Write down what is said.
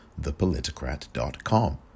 thepolitocrat.com